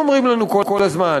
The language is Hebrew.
אומרים לנו כל הזמן,